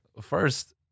first